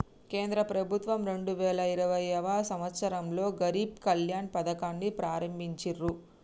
కేంద్ర ప్రభుత్వం రెండు వేల ఇరవైయవ సంవచ్చరంలో గరీబ్ కళ్యాణ్ పథకాన్ని ప్రారంభించిర్రు